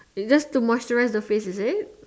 it's just to moisturized the face is it